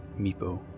Meepo